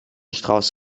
strauß